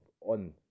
on